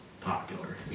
popular